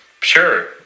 Sure